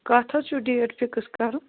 کٔتھ حَظ چھُو ڈیٹ فِکٕس کَرُن